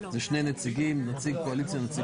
יש שני נציגים נציג קואליציה ונציג